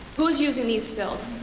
who's using these fields,